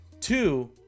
two